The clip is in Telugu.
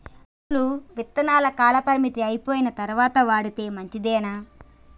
రైతులు విత్తనాల కాలపరిమితి అయిపోయిన తరువాత వాడితే మంచిదేనా?